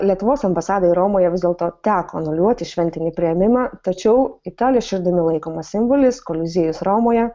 lietuvos ambasadai romoje vis dėlto teko anuliuoti šventinį priėmimą tačiau italijos širdimi laikomas simbolis koliziejus romoje